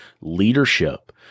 leadership